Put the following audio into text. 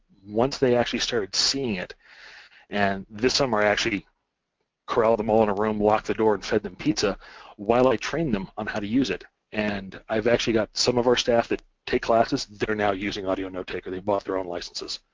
once they actually start seeing it and this summer, i actually corralled them all in a room, locked the door and fed them pizza while i trained them on how to use it and i've actually got some of our staff that take classes that are now using audio notetaker. they bought their own licences.